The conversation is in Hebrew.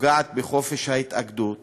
פוגעת בחופש ההתאגדות,